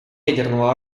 ядерного